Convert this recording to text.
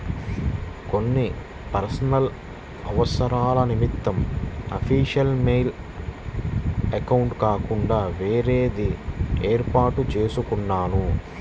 కొన్ని పర్సనల్ అవసరాల నిమిత్తం అఫీషియల్ మెయిల్ అకౌంట్ కాకుండా వేరేది వేర్పాటు చేసుకున్నాను